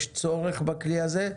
יש צורך בכלי הזה,